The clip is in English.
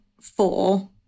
four